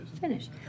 finish